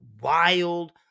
wild